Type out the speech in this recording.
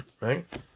right